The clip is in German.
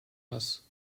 was